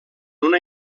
una